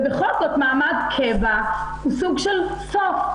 ובכל זאת מעמד קבע הוא סוג של סוף.